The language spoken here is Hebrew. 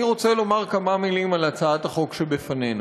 אני רוצה לומר כמה מילים על הצעת החוק שבפנינו.